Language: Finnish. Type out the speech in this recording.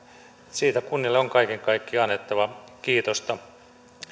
siitä kunnille on kaiken kaikkiaan annettava kiitosta